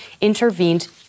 intervened